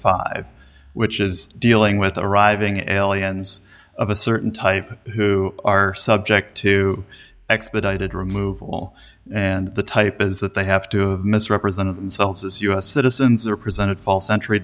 five which is dealing with arriving aliens of a certain type who are subject to expedited removal and the type is that they have to misrepresent themselves as u s citizens or presented false entry